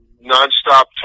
non-stop